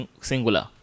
singular